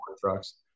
trucks